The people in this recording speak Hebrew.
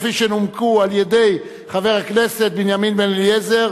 כפי שנומקה על-ידי חבר הכנסת בנימין בן-אליעזר,